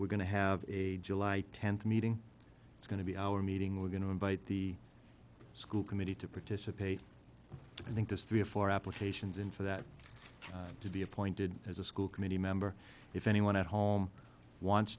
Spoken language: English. we're going to have a july tenth meeting it's going to be our meeting we're going to invite the school committee to participate i think there's three or four applications in for that to be appointed as a school committee member if anyone at home wants